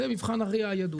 זה מבחן ה-RIA הידוע.